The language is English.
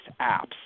apps